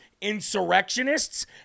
insurrectionists